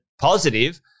positive